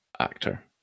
actor